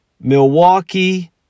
Milwaukee